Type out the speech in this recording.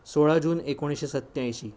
सोळा जून एकोणीसशे सत्त्याऐंशी